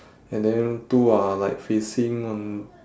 and then two are like facing on